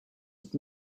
would